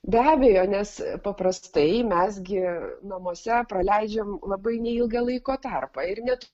be abejo nes paprastai mes gi namuose praleidžiam labai neilgą laiko tarpą ir net